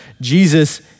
Jesus